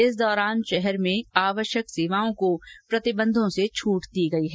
इस दौरान शहर में आवश्यक सेवाओं को प्रतिबंध से छूट दी गई है